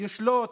ישלוט